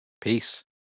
Peace